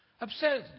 Obsessed